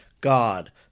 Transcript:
God